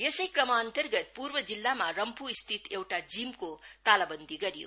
यसै क्रमअन्तर्गत पूर्व जिल्लामा रम्फूस्थित एउटा जिमको तालाबन्दी गरियो